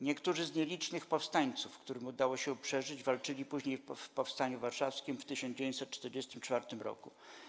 Niektórzy z nielicznych powstańców, którym udało się przeżyć, walczyli później w Powstaniu Warszawskim w 1944 roku.